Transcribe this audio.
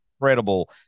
incredible